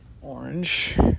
orange